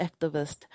activist